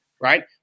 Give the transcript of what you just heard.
Right